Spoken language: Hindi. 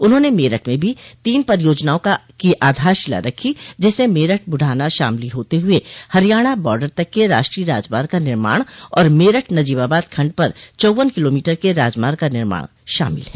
उन्होंने मेरठ में भी तीन परियोजनाओं की आधारशिला रखी जिसमें मेरठ बुढ़ाना शामली होते हुए हरियाणा बार्डर तक के राष्ट्रीय राजमार्ग का निर्माण और मेरठ नजीबाबाद खंड पर चौव्वन किलोमीटर के राजमार्ग का निर्माण शामिल है